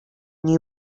new